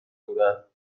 بودند